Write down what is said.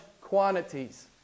quantities